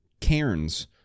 Cairns